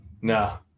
No